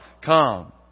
come